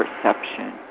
perception